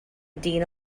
dyn